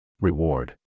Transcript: Reward